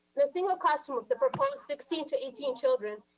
the single cost um of the proposed sixteen to eighteen children.